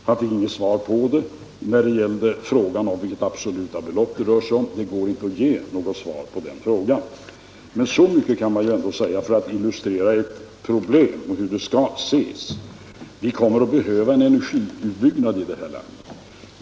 Han fick inget svar på det. Och frågan om vilka absoluta belopp det rör sig om går icke att ge svar på. Men så mycket kan jag dock säga för att illustrera ett problem att vi kommer att behöva en energiutbyggnad i det här landet.